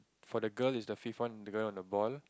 for the girl is the fifth one the girl on the ball